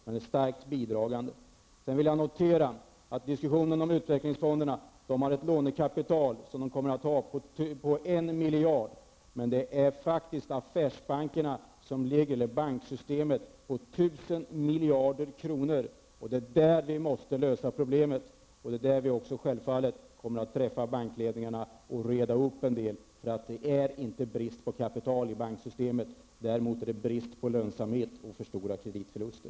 Men det är en starkt bidragande orsak. Jag noterar angående diskussionen om utvecklingsfonderna att det är fråga om ett lånekapital på en miljard kronor. Men i banksystemet är det faktiskt 1 000 miljarder kr. Det är där som problemet måste lösas. Vi skall självklart träffa ledningarna för bankerna och reda upp en del frågor. Där råder inte brist på kapital i banksystemet. Däremot råder det brist på lönsamhet, och där är för stora kreditförluster.